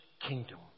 kingdom